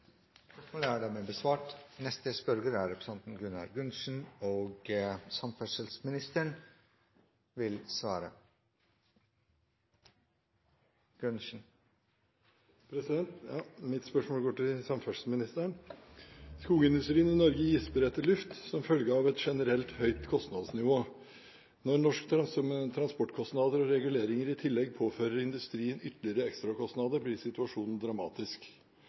Mitt spørsmål går til samferdselsministeren: «Skogindustrien i Norge gisper etter luft som følge av et generelt høyt kostnadsnivå. Når norske transportkostnader og reguleringer i tillegg påfører industrien ytterligere ekstrakostnader, blir situasjonen dramatisk.